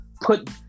put